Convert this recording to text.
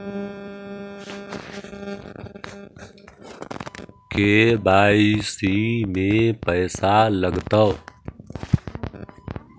KYC में पैसा लगतै?